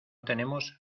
tenemos